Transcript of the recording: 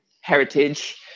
heritage